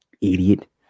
idiot